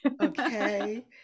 Okay